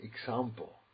example